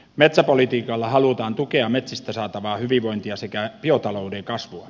metsäpolitiikalla halutaan tukea metsistä saatavaa hyvinvointia sekä biotalouden kasvua